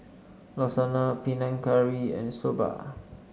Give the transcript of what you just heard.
Lasagna Panang Curry and Soba